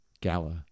Gala